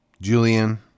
Julian